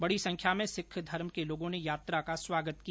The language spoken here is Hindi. बडी संख्या में सिक्ख धर्म के लोगों ने यात्रा का स्वागत किया